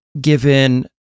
given